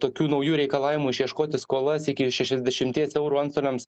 tokių naujų reikalavimų išieškoti skolas iki šešiasdešimties eurų antstoliams